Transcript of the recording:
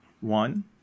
one